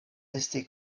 esti